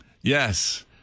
Yes